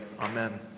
Amen